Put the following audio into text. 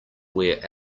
wear